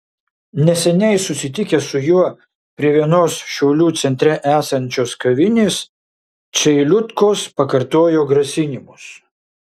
neseniai susitikę su juo prie vienos šiaulių centre esančios kavinės čeilutkos pakartojo grasinimus